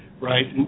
right